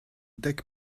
deg